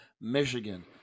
Michigan